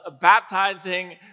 baptizing